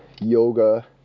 yoga